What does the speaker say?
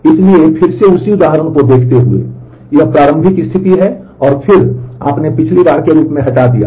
इसलिए फिर से उसी उदाहरण को देखते हुए यह प्रारंभिक स्थिति है और फिर आपने पिछली बार के रूप में हटा दिया था